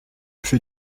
fais